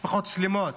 משפחות שלמות.